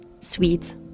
sweet